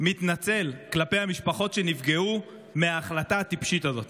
מתנצל כלפי המשפחות שנפגעו מההחלטה הטיפשית הזאת.